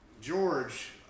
George